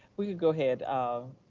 will you go ahead? um